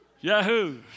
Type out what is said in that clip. Yahoo